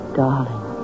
darling